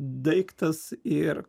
daiktas ir